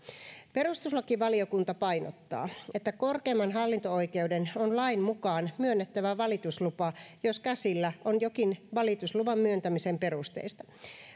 perustuslakivaliokunta painottaa että korkeimman hallinto oikeuden on lain mukaan myönnettävä valituslupa jos käsillä on jokin valitusluvan myöntämisen perusteista